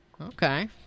Okay